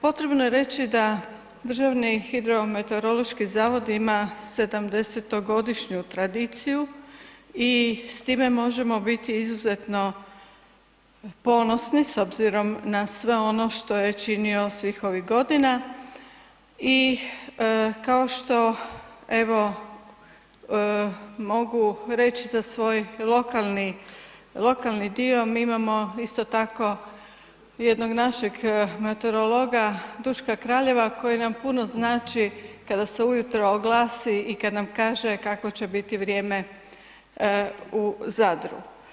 Potrebno je reći da Državni hidrometeorološki zavod ima 70-to godišnju tradiciju i s time možemo biti izuzetno ponosni s obzirom na sve ono što je činio svih ovih godina i kao što evo mogu reći za svoj lokalni dio mi imamo isto tako jednog našeg meteorologa Duška Kraljeva koji nam puno znači kada se ujutro oglasi i kad nam kaže kakvo će biti vrijeme u Zadru.